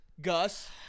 Gus